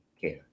care